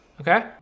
Okay